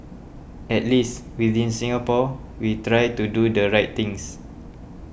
at least within Singapore we try to do the right things